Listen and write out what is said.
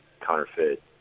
counterfeit